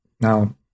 Now